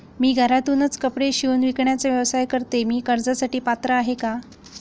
मी घरातूनच कपडे शिवून विकण्याचा व्यवसाय करते, मी कर्जासाठी पात्र आहे का?